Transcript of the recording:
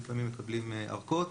ולפעמים מקבלים הארכות.